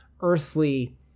earthly